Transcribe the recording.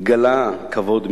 גלה כבוד מישראל.